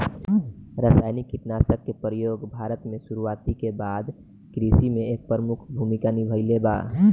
रासायनिक कीटनाशक के प्रयोग भारत में शुरुआत के बाद से कृषि में एक प्रमुख भूमिका निभाइले बा